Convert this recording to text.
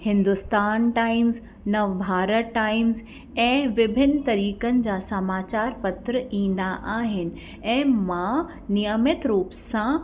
Hindustan Times Navbharat Times ऐं विभिन्न तरीक़नि जा समाचार पत्र ईंदा आहिनि ऐं मां नियमित रूप सां